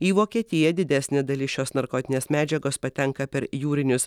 į vokietiją didesnė dalis šios narkotinės medžiagos patenka per jūrinius